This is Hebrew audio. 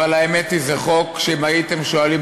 אבל האמת היא שזה חוק שאם הייתם שואלים